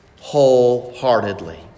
wholeheartedly